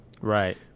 Right